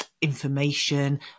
information